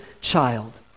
child